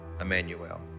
Emmanuel